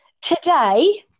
today